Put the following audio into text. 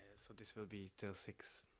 so this will be til six